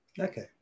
Okay